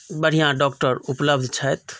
बढ़ियाॅं डॉक्टर उपलब्ध छथि